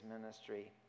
ministry